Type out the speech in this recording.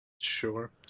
sure